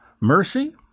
Mercy